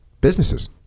businesses